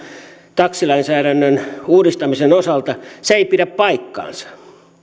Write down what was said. taksilainsäädännön uudistamisen osalta että se ei pidä paikkaansa